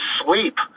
sleep